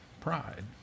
pride